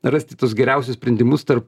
rasti tuos geriausius sprendimus tarp